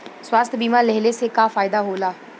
स्वास्थ्य बीमा लेहले से का फायदा होला?